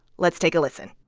let's take a listen